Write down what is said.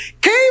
came